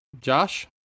Josh